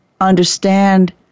understand